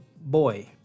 boy